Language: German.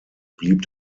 blieb